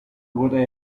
wurde